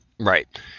right